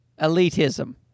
elitism